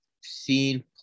seen